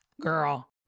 girl